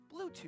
Bluetooth